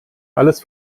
alles